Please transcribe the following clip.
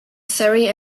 surrey